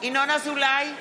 ינון אזולאי,